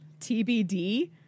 TBD